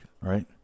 right